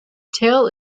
tail